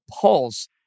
Pulse